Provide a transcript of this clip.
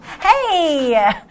Hey